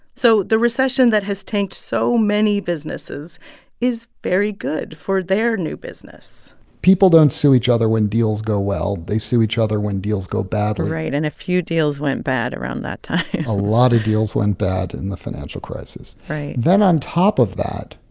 so the recession that has tanked so many businesses is very good for their new business people don't sue each other when deals go well they sue each other when deals go badly right. and a few deals went bad around that time a lot of deals went bad in the financial crisis right then on top of that,